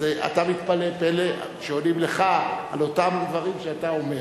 אז אתה מתפלא פלא שעונים לך על אותם דברים שאתה אומר,